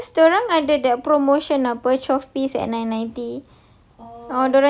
cause the cause dia orang ada that promotion [tau] apa twelve piece at nine ninety